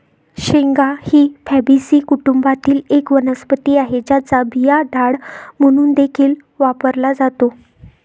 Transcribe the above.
शेंगा ही फॅबीसी कुटुंबातील एक वनस्पती आहे, ज्याचा बिया डाळ म्हणून देखील वापरला जातो